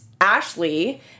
Ashley